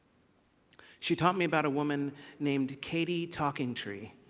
she taught me about a woman named katie talking tree.